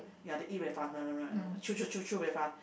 ya they eat very fast chew chew chew chew very fast